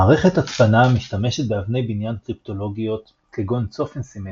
מערכת הצפנה משתמשת באבני בניין קריפטולוגיות כגון צופן סימטרי,